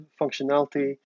functionality